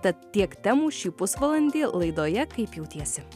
tad tiek temų šį pusvalandį laidoje kaip jautiesi